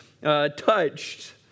Touched